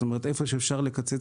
מכיוון שאיפה שאפשר לקצץ,